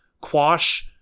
quash